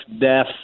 death